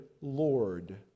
Lord